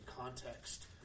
context